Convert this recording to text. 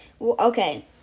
Okay